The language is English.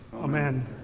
Amen